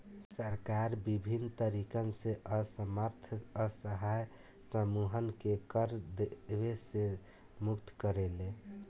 सरकार बिभिन्न तरीकन से असमर्थ असहाय समूहन के कर देवे से मुक्त करेले